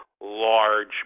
large